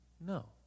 No